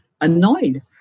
annoyed